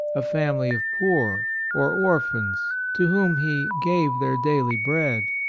a family of poor, or or phans, to whom he gave their daily bread.